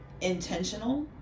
intentional